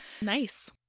Nice